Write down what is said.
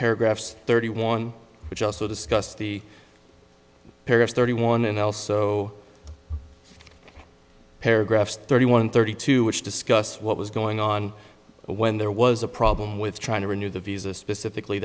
paragraphs thirty one which also discussed the period thirty one and also paragraphs thirty one thirty two which discuss what was going on when there was a problem with trying to renew the visa specifically